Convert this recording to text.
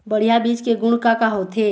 बढ़िया बीज के गुण का का होथे?